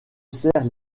dessert